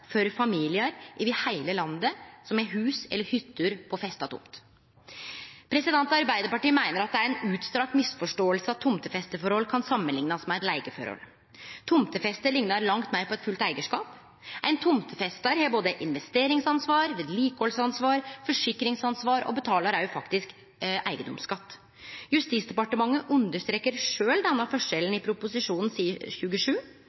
for familiar over heile landet som har hus eller hytte på festa tomt. Arbeidarpartiet meiner at det er ei utstrekt misforståing at tomtefesteforhold kan samanliknast med eit leigeforhold. Tomtefeste liknar langt meir på eit fullt eigarskap. Ein tomtefestar har både investeringsansvar, vedlikehaldsansvar og forsikringsansvar – og betalar òg eigedomsskatt. Justisdepartementet understreker sjølv denne forskjellen på side 27